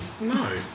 No